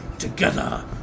Together